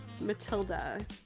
Matilda